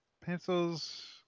pencils